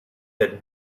had